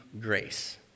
grace